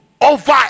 over